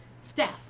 staff